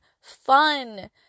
fun